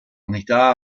unità